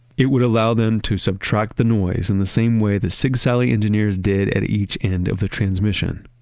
it would allow them to subtract the noise in the same way the sigsaly engineers did at each end of the transmission.